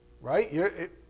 Right